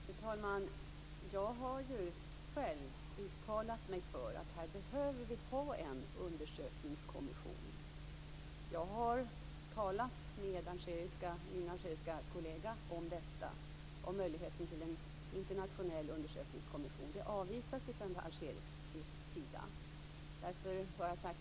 Fru talman! Jag har själv uttalat mig för att det behövs en undersökningskommission. Jag har talat med min algeriska kollega om möjligheten till en internationell undersökningskommission, vilket har avvisats från Algeriet.